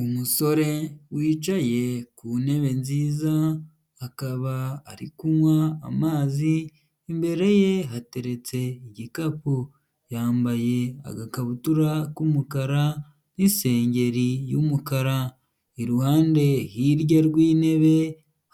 Umusore wicaye ku ntebe nziza akaba ari kunywa amazi imbere ye hateretse igikapu, yambaye agakabutura k'umukara n'isengeri y'umukara, iruhande hirya rw'intebe